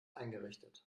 eingerichtet